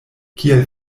kiel